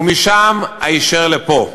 ומשם, היישר לפה.